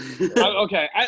Okay